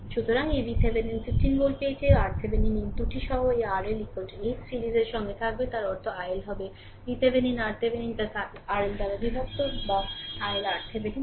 সুতরাং এই VThevenin 15 volt পেয়েছে এবং RThevenin এই 2 টি সহ এই RL 8 series সিরিজের সাথে থাকবে তার অর্থ il হবে VThevenin RThevenin RL দ্বারা বিভক্ত যা il RThevenin RL